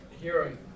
hearing